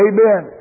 Amen